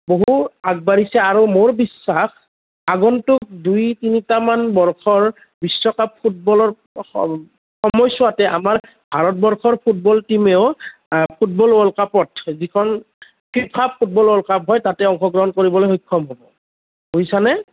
বহু আগবাঢ়িছে আৰু মোৰ বিশ্বাস আগন্তুক দুই তিনিটামান বৰ্ষৰ বিশ্বকাপ ফুটবলৰ সম সময়ছোৱাতে আমাৰ ভাৰতবৰ্ষৰ ফুটবল টীমেও ফুটবল ৱৰ্ল্ড কাপত যিখন ফিফা ফুটবল ৱৰ্ল্ড কাপ হয় তাতে অংশগ্ৰহণ কৰিবলৈ সক্ষম হ'ব বুজিছানে